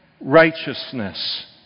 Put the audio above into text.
righteousness